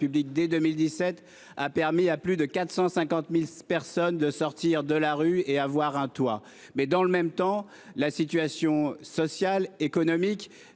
République dès 2017. Il a permis à plus de 450 000 personnes de sortir de la rue et d'avoir un toit. Dans le même temps, la situation sociale, économique